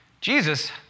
Jesus